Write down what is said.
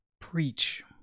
preach